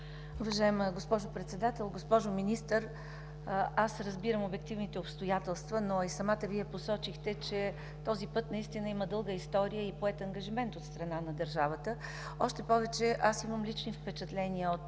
Уважаема госпожо Председател! Госпожо Министър, аз разбирам обективните обстоятелства, но и самата Вие посочихте, че този път наистина има дълга история и поет ангажимент от страна на държавата. Още повече, аз имам лични впечатления от